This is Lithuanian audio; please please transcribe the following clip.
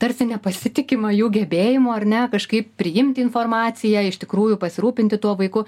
tarsi nepasitikima jų gebėjimu ar ne kažkaip priimti informaciją iš tikrųjų pasirūpinti tuo vaiku